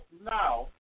now